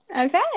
Okay